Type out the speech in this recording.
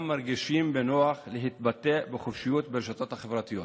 מרגישים נוח להתבטא בחופשיות ברשתות החברתיות.